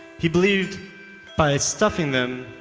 he believed by stuffing them,